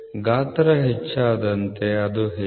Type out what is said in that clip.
ಗಾತ್ರ ಹೆಚ್ಚಾದಂತೆ ಅದು ಹೆಚ್ಚಾಗುತ್ತದೆ